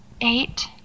eight